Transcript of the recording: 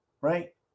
right